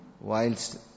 whilst